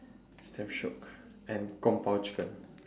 it's damn shiok and gong-bao chicken